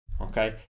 Okay